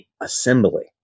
assembly